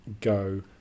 go